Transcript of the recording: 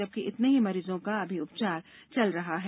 जबकि इतने ही मरीजों का अभी उपचार चल रहा है